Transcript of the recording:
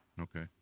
Okay